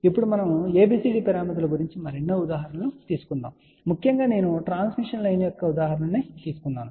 ఇప్పుడు మనము ABCD పారామితుల గురించి మరెన్నో ఉదాహరణలను తీసుకోబోతున్నాము ముఖ్యంగా నేను ట్రాన్స్మిషన్ లైన్ యొక్క ఉదాహరణను తీసుకున్నాను